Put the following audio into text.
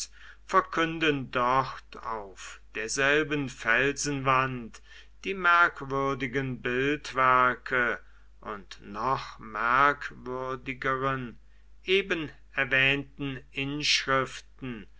verkünden dort auf derselben felsenwand die merkwürdigen bildwerke und noch merkwürdigeren eben erwähnten inschriften